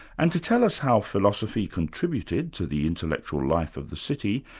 and to tell us how philosophy contributed to the intellectual life of the city,